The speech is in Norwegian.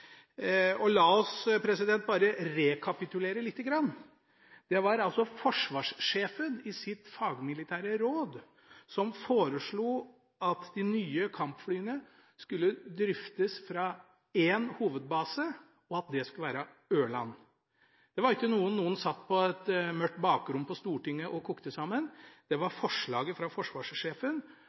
mine. La oss bare rekapitulere lite grann. Det var altså forsvarssjefen i sitt fagmilitære råd som foreslo at de nye kampflyene skulle driftes fra én hovedbase, og at det skulle være Ørlandet. Det var ikke noe noen satt på et mørkt bakrom på Stortinget og kokte sammen, det var forslaget fra forsvarssjefen,